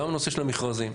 גם הנושא של המכרזים,